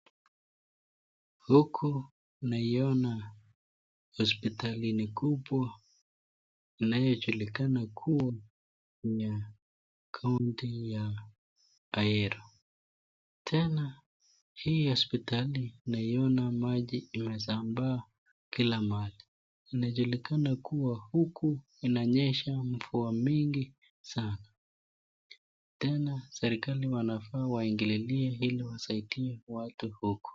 Huku naiona hospitalini ni kubwa inayojulikana kuwa ni ya kaunti ya Ahero . Tena hii hospitali naiona maji imesambaa kila mahali . Inajulikana kuwa huku inanyesha mvua mingi sana, tena serikali wanafaa waingilie ili wasaidie watu huku .